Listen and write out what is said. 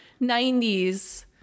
90s